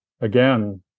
again